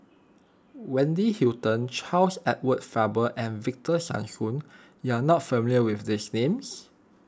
Wendy Hutton Charles Edward Faber and Victor Sassoon you are not familiar with these names